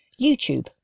YouTube